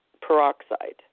peroxide